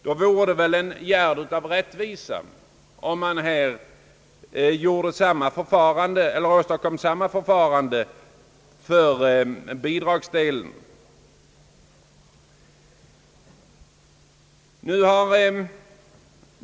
Det vore en gärd av rättvisa att införa samma förfarande beträffande bidragsdelen.